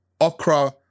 okra